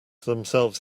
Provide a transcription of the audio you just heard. themselves